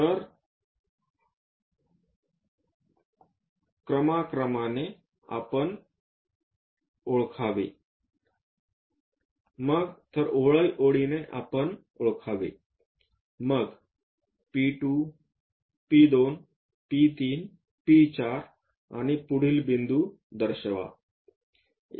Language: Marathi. तरओळी ओळीने आपण ओळखावे मग P2 P3 P4 आणि पुढील बिंदू दर्शवा